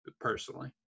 personally